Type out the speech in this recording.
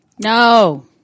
No